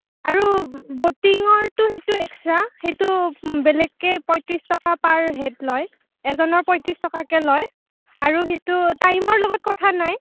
আৰু বটিঙৰটো সেইটো এক্সট্ৰা সেইটো বেলেগকে পঁয়ত্ৰিছ টকা পাৰ হেড লয় এজনৰ পঁয়ত্ৰিছ টকাকৈ লয় আৰু সেইটো টাইমৰ লগত কথা নাই